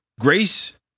grace